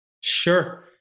Sure